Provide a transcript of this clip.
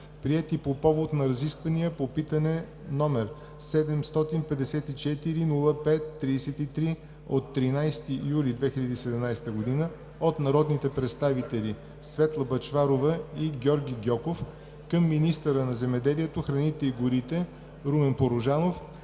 прието по повод на разисквания по питане, № 754-05-33, от 13 юли 2017 г. от народните представители Светла Бъчварова и Георги Гьоков към министъра на земеделието, храните и горите Румен Порожанов